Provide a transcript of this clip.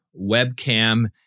webcam